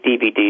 DVDs